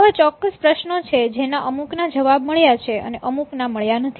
આવા ચોક્કસ પ્રશ્નો છે જેના અમુક ના જવાબ મળ્યા છે અને અમૂક ના મળ્યા નથી